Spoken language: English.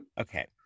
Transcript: Okay